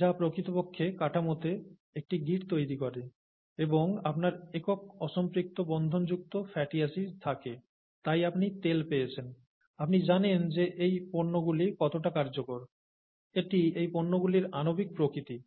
যা প্রকৃতপক্ষে কাঠামোতে একটি গিঁট তৈরি করে এবং আপনার একক অসম্পৃক্ত বন্ধনযুক্ত ফ্যাটি অ্যাসিড থাকে তাই আপনি তেল পেয়েছেন আপনি জানেন যে এই পণ্যগুলি কতটা কার্যকর এটি এই পণ্যগুলির আণবিক প্রকৃতি